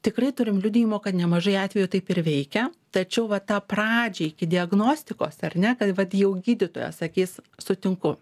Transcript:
tikrai turim liudijimo kad nemažai atvejų taip ir veikia tačiau va tą pradžią iki diagnostikos ar ne kad vat jau gydytoja sakys sutinku